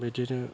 बिदिनो